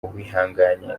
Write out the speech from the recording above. uwihanganye